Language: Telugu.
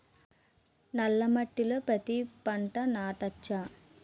నల్ల మట్టిలో పత్తి పంట నాటచ్చా?